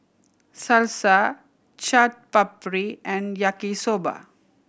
Salsa Chaat Papri and Yaki Soba